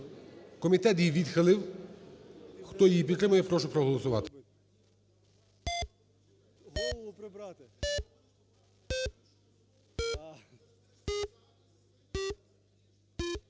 Комітет її відхилив. Хто її підтримує, я прошу проголосувати.